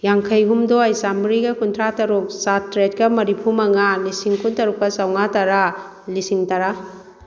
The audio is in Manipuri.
ꯌꯥꯡꯈꯩ ꯍꯨꯝꯗꯣꯏ ꯆꯥꯃ꯭ꯔꯤꯒ ꯀꯨꯟꯊ꯭ꯔꯥ ꯇꯔꯨꯛ ꯆꯥꯇ꯭ꯔꯦꯠꯀ ꯃꯔꯤꯐꯨ ꯃꯉꯥ ꯂꯤꯁꯤꯡ ꯀꯨꯟ ꯇꯔꯨꯛꯀ ꯆꯥꯝꯉꯥ ꯇꯔꯥ ꯂꯤꯁꯤꯡ ꯇꯔꯥ